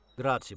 Grazie